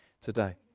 today